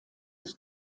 its